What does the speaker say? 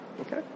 Okay